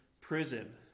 prison